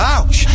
Ouch